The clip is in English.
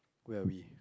where are we